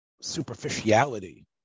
superficiality